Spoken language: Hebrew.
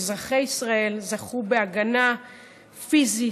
ואזרחי ישראל זכו בהגנה פיזית,